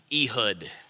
Ehud